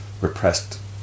repressed